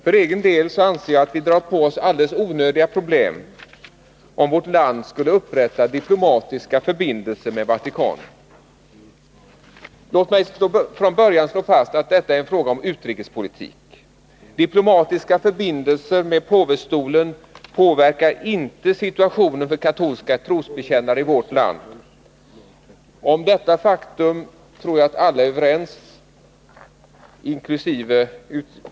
För egen del anser jag att vi drar på oss helt onödiga problem, om vårt land skulle upprätta diplomatiska förbindelser med Vatikanen. Låt mig från början slå fast att detta är en fråga om utrikespolitik. Diplomatiska förbindelser med påvestolen påverkar inte situationen för katolska trosbekännare i vårt land. Detta faktum tror jag att alla är överens om, inkl.